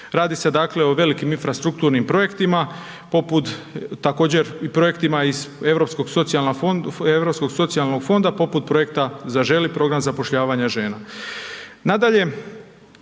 Radi se dakle o velikim infrastrukturnim projektima poput također i projektima iz Europskog socijalnog fonda, poput projekta „Zaželi“ program zapošljavanja žena.